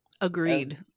Agreed